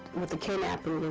with the kidnapping,